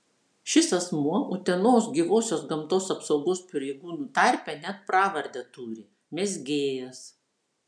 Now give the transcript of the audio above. šis asmuo utenos gyvosios gamtos apsaugos pareigūnų tarpe net pravardę turi mezgėjas